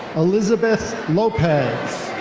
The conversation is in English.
elizabeth lopez.